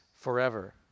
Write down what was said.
forever